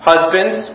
Husbands